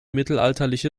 mittelalterliche